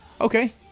Okay